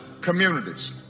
communities